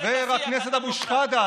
חבר הכנסת אבו שחאדה,